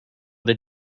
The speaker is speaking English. that